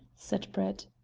said brett.